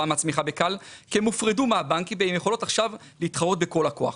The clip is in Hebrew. מהצמיחה ב-כאל כי הן הופרדו מהבנקים והן יכולות עכשיו להתחרות בכל הכוח.